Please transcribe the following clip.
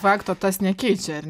fakto tas nekeičia ar